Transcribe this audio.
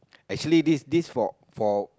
actually this this for for